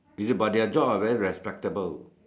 is it but their job is very respectable